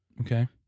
Okay